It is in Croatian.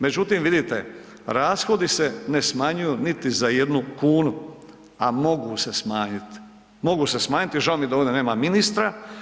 Međutim, vidite, rashodi se ne smanjuju niti za 1,00 kn, a mogu se smanjit, mogu se smanjit i žao mi je da ovdje nema ministra.